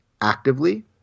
actively